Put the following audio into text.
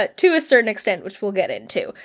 but to a certain extent, which we'll get into.